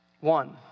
One